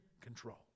control